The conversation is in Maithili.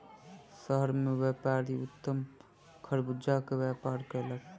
शहर मे व्यापारी उत्तम खरबूजा के व्यापार कयलक